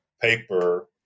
paper